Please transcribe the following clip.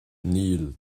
níl